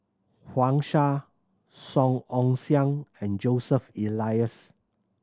Wang Sha Song Ong Siang and Joseph Elias